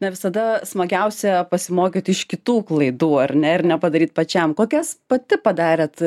na visada smagiausia pasimokyti iš kitų klaidų ar ne ir nepadaryt pačiam kokias pati padarėt